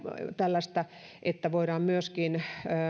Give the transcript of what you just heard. tällaista että voidaan myöskin